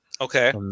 Okay